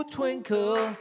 Twinkle